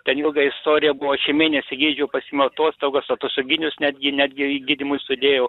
ten ilga istorija buvo aš jį mėnesį gydžiau pasiėmiau atostogas atostoginius netgi netgi į gydymui sudėjau